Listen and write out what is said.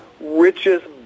richest